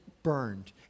burned